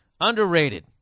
Underrated